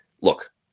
look